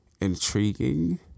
intriguing